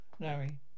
Larry